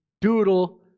Doodle